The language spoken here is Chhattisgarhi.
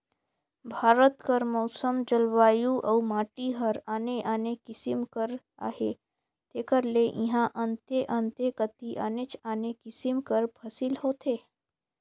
भारत कर मउसम, जलवायु अउ माटी हर आने आने किसिम कर अहे तेकर ले इहां अन्ते अन्ते कती आनेच आने किसिम कर फसिल होथे